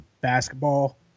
basketball